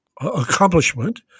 accomplishment